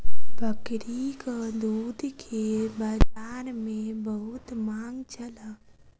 बकरीक दूध के बजार में बहुत मांग छल